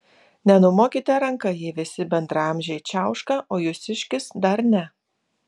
nenumokite ranka jei visi bendraamžiai čiauška o jūsiškis dar ne